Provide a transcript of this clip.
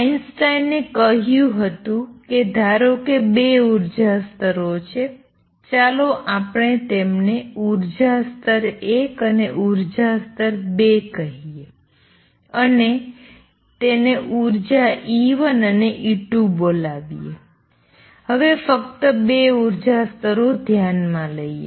આઈન્સ્ટાઈને કહ્યું હતું કે ધારો કે ૨ ઉર્જા સ્તરો છે ચાલો આપણે તેમને ઉર્જા સ્તર ૧ અને ઉર્જા સ્તર ૨ કહીયે અને તેને ઉર્જા E1 અને E2 બોલાવીએ હવે ફક્ત ૨ સ્તરો ધ્યાનમાં લઈએ